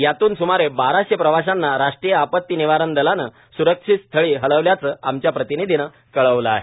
यातून सूमारे बाराशे प्रवाशांना राष्ट्रीय आपती निवारण दलानं स्रक्षित स्थळी हलवल्याचं आमच्या प्रतिनिधीनं कळविलं आहे